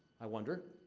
i wonder